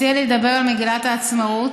הציע לי לדבר על מגילת העצמאות,